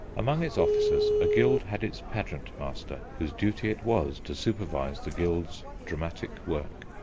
among its officers a guild had its pageant-master, whose duty it was to supervise the guild's dramatic work.